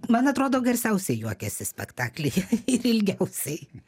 man atrodo garsiausiai juokėsi spektaklyje ir ilgiausiai